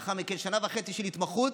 ולאחר מכן שנה וחצי של התמחות.